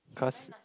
cause